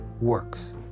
works